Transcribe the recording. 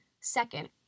Second